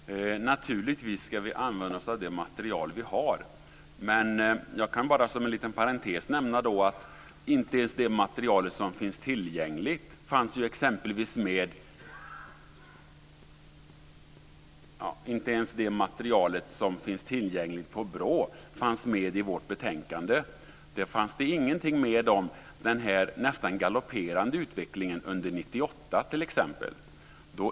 Fru talman! Naturligtvis ska vi använda det material som vi har, men jag kan exempelvis bara som en liten parentes nämna att det i det material som finns tillgängligt hos BRÅ och som nämns i vårt betänkande inte fanns med ens någonting om den nästan galopperande utvecklingen under 1998.